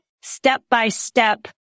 step-by-step